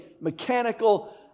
mechanical